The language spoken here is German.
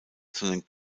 sondern